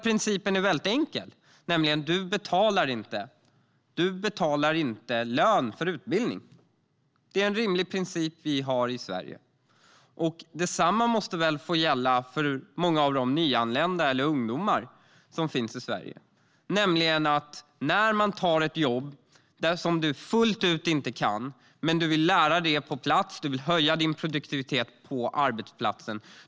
Principen är väldigt enkel: Du betalar inte lön för utbildning. Det är en rimlig princip som vi har i Sverige. Detsamma måste väl få gälla för många av de nyanlända eller ungdomar som finns i Sverige. Låt oss säga att man tar ett jobb som man inte kan fullt ut. Man vill lära sig det på plats och vill höja sin produktivitet på arbetsplatsen.